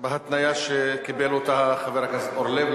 הממשלה מסכימה בהתניה שקיבל חבר הכנסת אורלב.